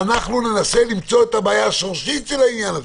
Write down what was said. אנחנו ננסה למצוא את הבעיה השורשית של העניין הזה.